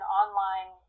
online